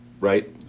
right